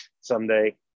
someday